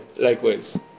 Likewise